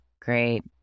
Great